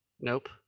nope